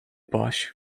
paź